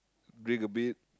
drink a bit